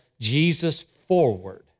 Jesus-forward